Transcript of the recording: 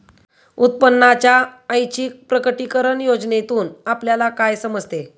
उत्पन्नाच्या ऐच्छिक प्रकटीकरण योजनेतून आपल्याला काय समजते?